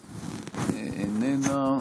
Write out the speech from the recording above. איננה.